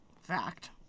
Fact